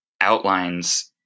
outlines